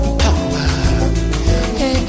power